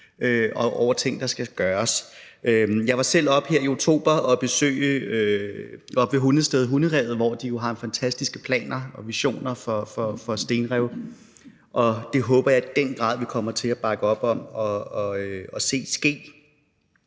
over ting, der skal gøres. Jeg var selv her i oktober oppe ved Hundested og besøge Hunderevet, hvor de jo har fantastiske planer og visioner for stenrev, og det håber jeg i den grad vi kommer til at bakke op om og se ske.